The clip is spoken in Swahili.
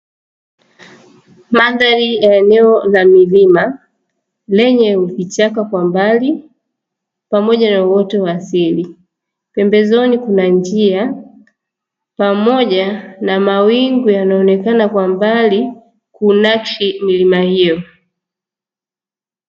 Mandhari ya eneo la milima lenye kichaka kwa mbali pamoja na uoto wa asili, pembezoni kuna njia pamoja na mawingu yanaonekana kwa mbali kunakshi milima hiyo.